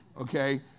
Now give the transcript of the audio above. okay